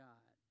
God